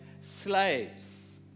slaves